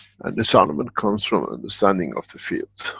and disarmament comes from understanding of the fields.